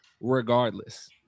regardless